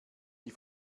die